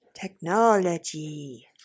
Technology